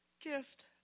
gift